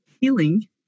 healing